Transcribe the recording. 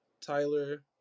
Tyler